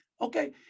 Okay